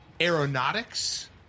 aeronautics